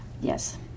yes